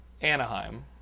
Anaheim